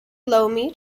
loamy